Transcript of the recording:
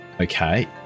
Okay